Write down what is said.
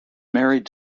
married